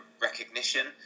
recognition